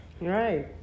Right